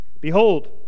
Behold